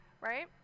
Right